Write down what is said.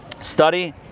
Study